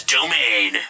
Domain